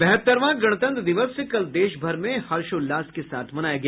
बहत्तरवां गणतंत्र दिवस कल देशभर में हर्षोल्लास के साथ मनाया गया